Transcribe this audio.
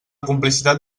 complicitat